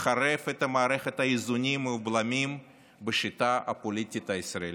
מחרב את מערכת האיזונים והבלמים בשיטה הפוליטית הישראלית.